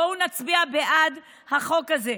בואו נצביע בעד החוק הזה.